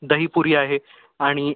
दही पुरी आहे आणि